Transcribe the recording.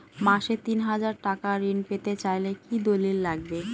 মাসে তিন হাজার টাকা ঋণ পেতে চাইলে কি দলিল লাগবে?